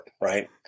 right